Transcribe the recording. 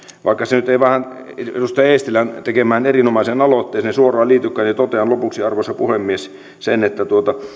vaikka se nyt ei edustaja eestilän tekemään erinomaiseen aloitteeseen suoraan liitykään niin totean lopuksi arvoisa puhemies sen että